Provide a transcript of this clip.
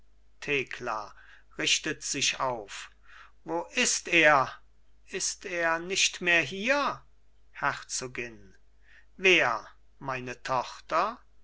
thekla richtet sich auf wo ist er ist er nicht mehr hier herzogin wer meine tochter